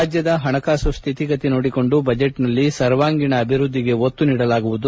ರಾಜ್ಯದ ಹಣಕಾಸು ಸ್ಥಿತಿಗತಿ ನೋಡಿಕೊಂಡು ಬಜೆಟ್ನಲ್ಲಿ ಸರ್ವಾಂಗೀಣ ಅಭಿವೃದ್ದಿಗೆ ಒತ್ತು ನೀಡಲಾಗುವುದು